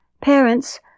Parents